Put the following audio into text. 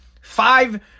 Five